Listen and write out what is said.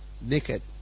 naked